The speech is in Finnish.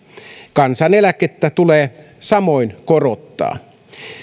kansaneläkettä tulee samoin korottaa